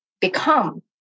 become